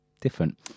different